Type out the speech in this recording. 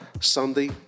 Sunday